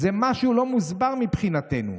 זה משהו לא מוסבר מבחינתנו,